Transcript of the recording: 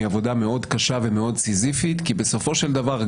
היא עבודה מאוד קשה ומאוד סיזיפית כי בסופו של דבר,